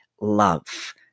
love